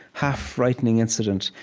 half-frightening incident,